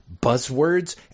buzzwords